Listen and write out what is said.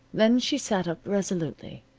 then she sat up resolutely,